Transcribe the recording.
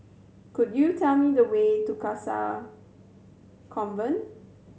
could you tell me the way to Convent